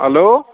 hello